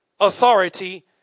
authority